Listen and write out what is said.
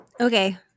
Okay